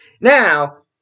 Now